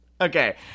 Okay